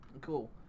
Cool